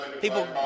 People